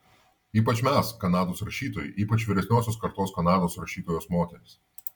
ypač mes kanados rašytojai ypač vyresniosios kartos kanados rašytojos moterys